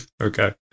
Okay